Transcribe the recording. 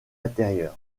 intérieur